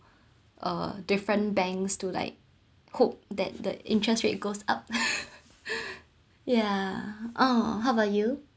uh different banks to like hope that the interest rate goes up yeah oh how about you